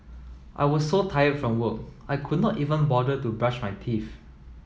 I was so tired from work I could not even bother to brush my teeth